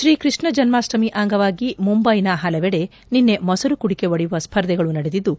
ಶ್ರೀ ಕೃಷ್ಣ ಜನ್ಮಾಷ್ಟಮಿ ಅಂಗವಾಗಿ ಮುಂಬೈನ ಹಲವೆಡೆ ನಿನ್ನೆ ಮೊಸರು ಕುಡಿಕೆ ಒಡೆಯುವ ಸ್ಪರ್ಧೆಗಳು ನಡೆದಿದ್ದು